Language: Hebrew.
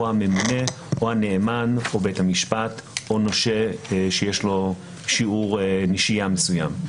הממונה או הנאמן או בית המשפט או נושה שיש לו שיעור נשייה מסוים.